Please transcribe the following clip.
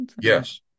yes